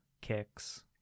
kicks